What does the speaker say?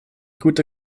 gute